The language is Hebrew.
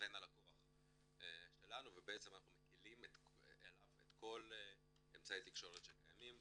לבין הלקוח שלנו ובעצם אנחנו מקלים עליו את כל אמצעי התקשורת שקיימים.